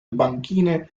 banchine